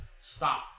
stop